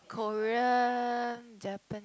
Korean Japanese